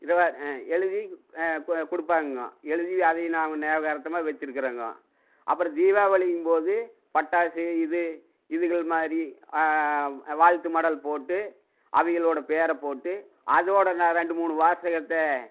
இதுவா எழுதி கொடுப்பாங்கங்கோ எழுதி அதை நாங்கள் ஞாபகார்த்தமாக வெச்சிருக்கறேங்க அப்புறம் தீபாவளிங்கும்போது பட்டாசு இது இதுகள் மாதிரி வாழ்த்து மடல் போட்டு அவிங்களோட பேரை போட்டு அதோடு நான் ரெண்டு மூணு வாசகத்தை